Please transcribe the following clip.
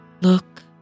look